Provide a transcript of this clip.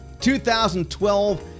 2012